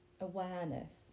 awareness